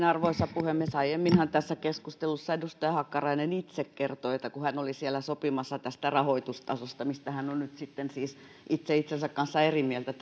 arvoisa puhemies aiemminhan tässä keskustelussa edustaja hakkarainen itse kertoi että hän oli siellä sopimassa tästä rahoitustasosta mistä hän on nyt sitten siis itse itsensä kanssa eri mieltä